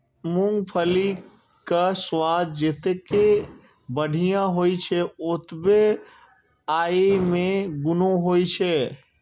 मूंगफलीक स्वाद जतेक बढ़िया होइ छै, ओतबे अय मे गुणो होइ छै